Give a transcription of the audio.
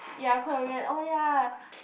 ya Korean oh ya